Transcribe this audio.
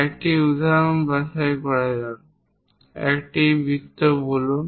একটি উদাহরণ বাছাই করা যাক একটি বৃত্ত বলুন